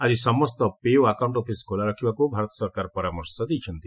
ଆଜି ସମସ୍ତ ପେ ଓ ଆକାଉଣ୍ଟ ଅଫିସ୍ ଖୋଲା ରଖିବାକୁ ଭାରତ ସରକାର ପରାମର୍ଶ ଦେଇଛନ୍ତି